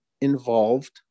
involved